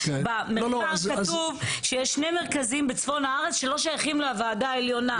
במחקר כתוב שיש שני מרכזים בצפון הארץ שלא שייכים לוועדה העליונה.